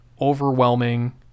overwhelming